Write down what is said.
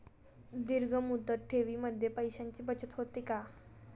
दीर्घ मुदत ठेवीमध्ये पैशांची बचत होते का?